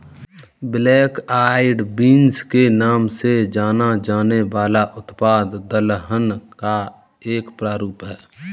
black eyed beans के नाम से जाना जाने वाला उत्पाद दलहन का एक प्रारूप है